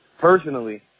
personally